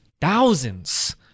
thousands